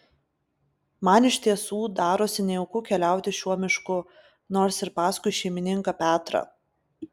man iš tiesų darosi nejauku keliauti šiuo mišku nors ir paskui šeimininką petrą